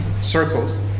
circles